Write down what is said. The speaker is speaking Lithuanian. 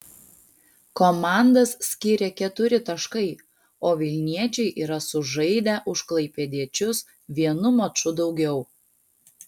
komandas skiria keturi taškai o vilniečiai yra sužaidę už klaipėdiečius vienu maču daugiau